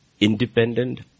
independent